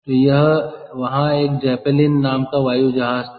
तो वहाँ एक जेपलिन नाम का वायु जहाज था